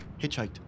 Hitchhiked